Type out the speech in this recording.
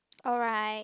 alright